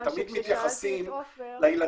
כי תמיד מתייחסים לילדים,